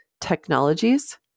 technologies